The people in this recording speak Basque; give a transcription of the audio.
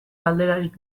galderarik